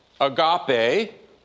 agape